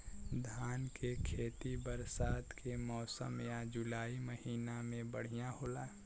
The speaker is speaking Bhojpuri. धान के खेती बरसात के मौसम या जुलाई महीना में बढ़ियां होला?